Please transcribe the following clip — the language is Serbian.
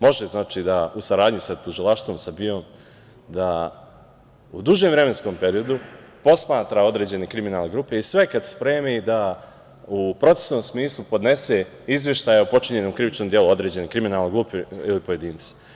Može znači, da u saradnji sa tužilaštvom, sa BIA, da u dužem vremenskom periodu posmatra određene kriminalne grupe i sve kad spremi da u procesnom smislu podnese izveštaje o počinjenom krivičnom delu određene kriminalne grupe ili pojedinca.